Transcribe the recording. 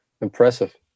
Impressive